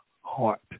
heart